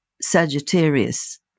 Sagittarius